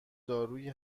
دارویی